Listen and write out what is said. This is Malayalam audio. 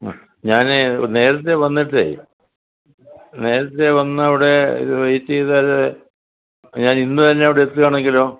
ഞാൻ നേരത്തേ വന്നിട്ടേ നേരത്തേ വന്ന് അവിടെ വെയിറ്റ് ചെയ്താൽ ഞാൻ ഇന്ന് തന്നെ അവിടെ എത്തുവാണെങ്കിലോ